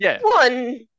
one